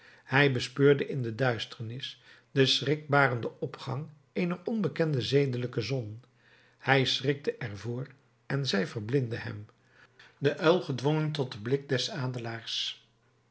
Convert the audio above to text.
hij bespeurde in de duisternis den schrikbarenden opgang eener onbekende zedelijke zon hij schrikte er voor en zij verblindde hem de uil gedwongen tot den blik des